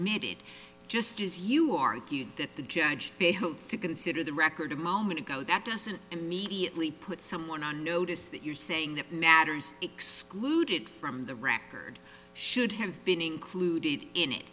needed just as you argued that the judge facebook to consider the record a moment ago that doesn't immediately put someone on notice that you're saying that matters excluded from the record should have been included in it